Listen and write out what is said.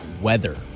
weather